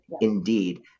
indeed